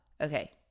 Okay